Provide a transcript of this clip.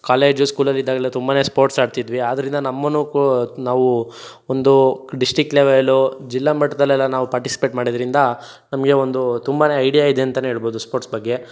college ಸ್ಕೂಲಲ್ಲಿದ್ದಾಗಲೇ ತುಂಬಾ sports ಆಡ್ತಿದ್ವಿ ಆದ್ದರಿಂದ ನಮ್ಮನ್ನು ನಾವು ಒಂದು ಡಿಸ್ಟಿಕ್ ಲೆವೆಲು ಜಿಲ್ಲಾ ಮಟ್ಟದಲ್ಲೆಲ್ಲ ನಾವು ಪಾರ್ಟಿಸಿಪೇಟ್ ಮಾಡಿದ್ದರಿಂದ ನಮಗೆ ಒಂದು ತುಂಬಾ ಐಡಿಯ ಇದೆ ಅಂತಾನೆ ಹೇಳ್ಬೋದು ಸ್ಪೋರ್ಟ್ಸ್ ಬಗ್ಗೆ